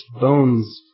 bones